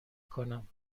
کنم